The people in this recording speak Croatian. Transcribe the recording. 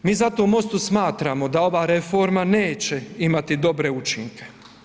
Mi zato u MOST-u smatramo da ova reforma neće imati dobre učinke.